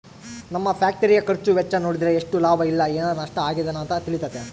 ನಮ್ಮ ಫ್ಯಾಕ್ಟರಿಯ ಖರ್ಚು ವೆಚ್ಚ ನೋಡಿದ್ರೆ ಎಷ್ಟು ಲಾಭ ಇಲ್ಲ ಏನಾರಾ ನಷ್ಟ ಆಗಿದೆನ ಅಂತ ತಿಳಿತತೆ